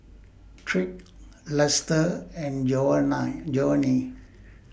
Tyrik Luster and Jovanny